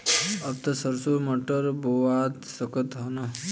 अब त सरसो मटर बोआय सकत ह न?